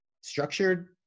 structured